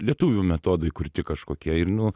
lietuvių metodai kurti kažkokie ir nu